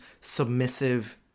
submissive